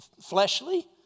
fleshly